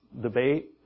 debate